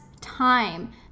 time